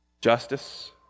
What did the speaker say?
justice